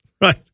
right